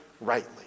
rightly